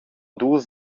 dus